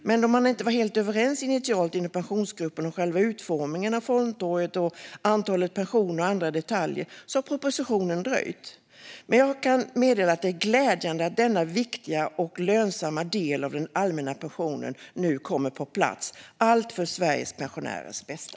Men då man inte var helt överens initialt inom Pensionsgruppen om själva utformningen av fondtorget, antalet fonder och andra detaljer har propositionen dröjt. Men jag kan meddela att det är glädjande att denna viktiga och lönsamma del av den allmänna pensionen nu kommer på plats för Sveriges pensionärers bästa.